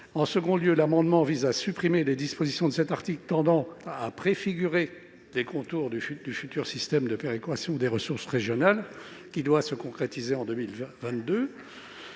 En second lieu, l'amendement tend à supprimer les dispositions du même article qui préfigurent les contours du futur système de péréquation des ressources régionales, qui doit se concrétiser en 2022.